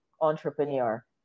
entrepreneur